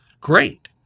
Great